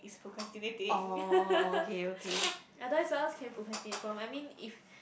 is procrastinating otherwise what else can you procrastinate from I mean if